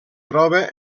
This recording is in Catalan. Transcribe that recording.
troba